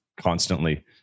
constantly